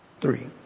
Three